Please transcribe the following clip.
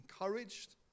encouraged